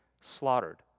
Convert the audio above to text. slaughtered